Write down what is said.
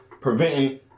preventing